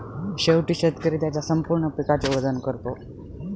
शेवटी शेतकरी त्याच्या संपूर्ण पिकाचे वजन करतो